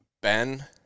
Ben